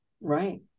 Right